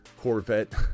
Corvette